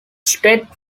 state